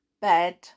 bed